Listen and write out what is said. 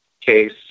case